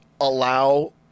allow